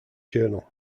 journal